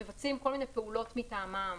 ומבצעים הרבה פעולות מטעמם: